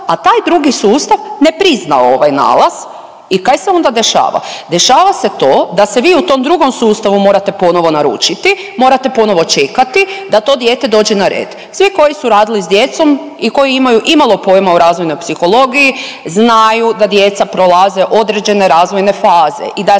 a taj drugi sustav ne prizna ovaj nalaz. I kaj se onda dešava? Dešava se to da se vi u tom drugom sustavu morate ponovo naručiti, morate ponovo čekati da to dijete dođe na red. Svi koji su radili sa djecom i koji imaju i malo pojma o razvojnoj psihologiji znaju da djeca prolaze određene razvojne faze i da je